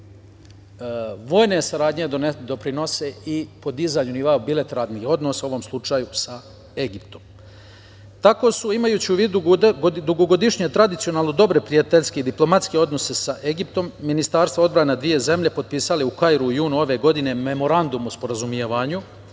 vojne saradnje doprinose i podizanju nivoa bilateralnih odnosa, a u ovom slučaju sa Egiptom. Imajući u vidu dugogodišnje tradicionalno dobre prijateljske i diplomatske odnose sa Egiptom, ministarstva odbrane dve zemlje su potpisale u Kairu, u junu ove godine, Memorandum o sporazumevanju,